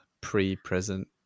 pre-present